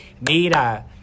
mira